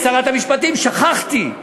את שרת המשפטים שכחתי,